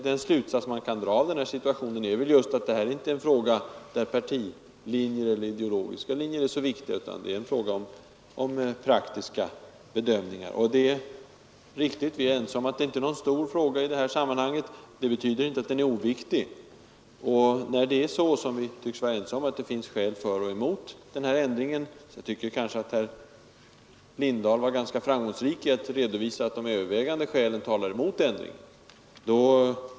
Den slutsats man kan dra av den här situationen är väl just att det här inte är en fråga där partilinjer eller ideologiska linjer är så viktiga, utan det är en fråga om praktiska bedömningar. Det är riktigt — det är vi ense om — att det inte är någon stor fråga i det här sammanhanget. Det betyder inte att den är oviktig. Vi tycks vara ense om att det finns skäl för och emot den här ändringen. Herr Lindahl redovisade ganska framgångsrikt att de övervägande skälen talar emot ändring.